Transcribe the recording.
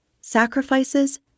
Sacrifices